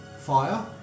fire